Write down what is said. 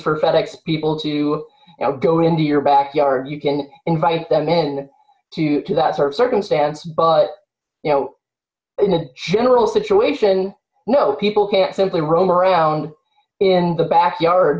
for fedex people to go into your back yard you can invite them in to do that sort of circumstance but you know in the general situation no people can simply roam around in the backyard